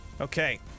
Okay